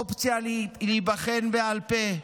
אופציה להיבחן בעל פה,